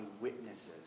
witnesses